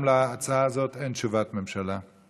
גם להצעה הזאת אין תשובת ממשלה.